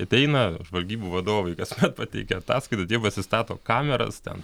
ateina žvalgybų vadovai kasmet pateikia ataskaitą tie pasistato kameras ten